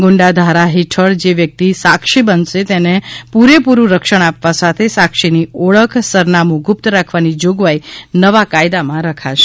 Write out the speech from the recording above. ગુંડા ધારા હેઠળ જે વ્યકિત સાક્ષી બનશે તેને પુરેપુરૃ રક્ષણ આપવા સાથે સાક્ષીની ઓળખ સરનામું ગુપ્ત રાખવાની જોગવાઈ નવા કાયદા માં રખાશે